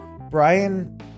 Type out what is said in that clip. Brian